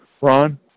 Ron